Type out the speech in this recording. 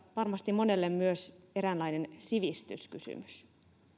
varmasti monelle myös eräänlainen sivistyskysymys